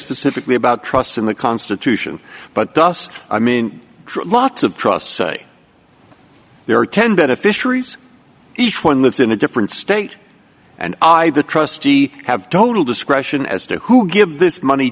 specifically about trusts in the constitution but thus i mean lots of trust say there are ten beneficiaries each one lives in a different state and i the trustee have total discretion as to who give this money